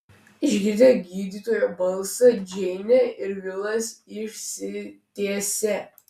išgirdę gydytojo balsą džeinė ir vilas išsitiesė